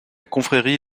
confrérie